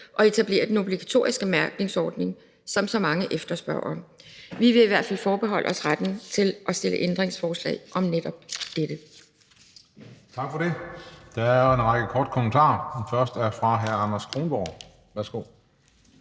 og etablere den obligatoriske mærkningsordning, som så mange efterspørger? Vi vil i hvert fald forbeholde os retten til at stille ændringsforslag om netop dette.